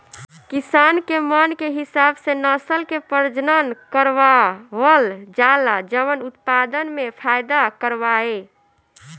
किसान के मन के हिसाब से नसल के प्रजनन करवावल जाला जवन उत्पदान में फायदा करवाए